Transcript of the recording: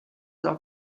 auf